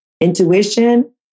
Intuition